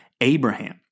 Abraham